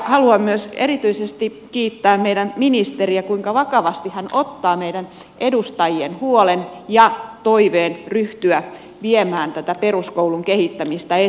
haluan myös erityisesti kiittää meidän ministeriä kuinka vakavasti hän ottaa meidän edustajien huolen ja toiveen ryhtyä viemään tätä peruskoulun kehittämistä eteenpäin